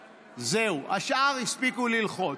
זהו, השאר הספיקו ללחוץ.